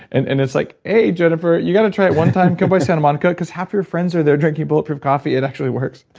and and it's like, hey jennifer, you've got to try it one time. come by santa monica, because half your friends are there drinking bulletproof coffee. it actually works.